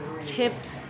tipped